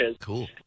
Cool